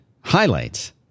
highlights